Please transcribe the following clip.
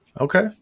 Okay